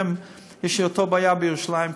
יש לי אותה בעיה בירושלים,